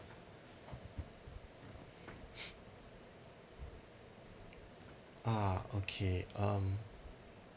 ah okay um